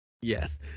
Yes